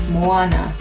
Moana